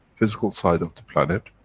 physical side of the planet',